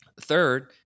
third